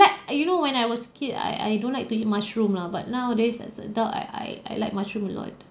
but you know when I was a kid I I don't like to eat mushroom lah but nowadays as an adult I I I like mushroom a lot